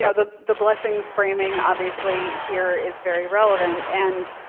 yeah the the blessings framing obviously here is very relevant. and,